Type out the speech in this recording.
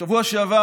בשבוע שעבר